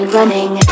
Running